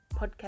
podcast